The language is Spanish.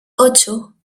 ocho